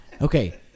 Okay